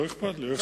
לא אכפת לי.